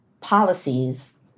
policies